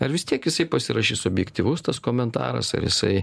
ar vis tiek jisai pasirašys subjektyvus tas komentaras ar jisai